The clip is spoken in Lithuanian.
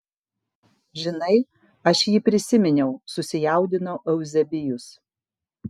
žinai aš jį prisiminiau susijaudino euzebijus